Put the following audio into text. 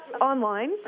online